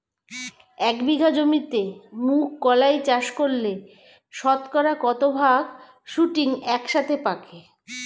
এক বিঘা জমিতে মুঘ কলাই চাষ করলে শতকরা কত ভাগ শুটিং একসাথে পাকে?